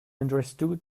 understood